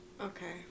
Okay